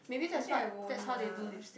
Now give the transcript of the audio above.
I think I won't ah